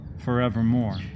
forevermore